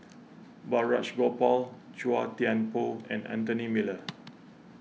Balraj Gopal Chua Thian Poh and Anthony Miller